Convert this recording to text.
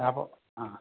ആ ഇപ്പോൾ ആ